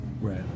Right